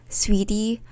sweetie